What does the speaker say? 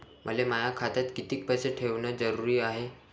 मले माया खात्यात कितीक पैसे ठेवण जरुरीच हाय?